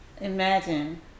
Imagine